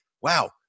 wow